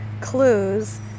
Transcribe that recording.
clues